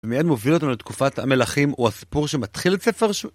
ומיד מוביל אותנו לתקופת המלכים וסיפור שמתחיל את ספר...